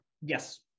Yes